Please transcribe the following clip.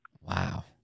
Wow